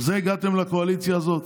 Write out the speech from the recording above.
על זה הגעתם לקואליציה הזאת?